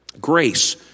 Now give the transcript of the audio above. Grace